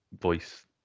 voice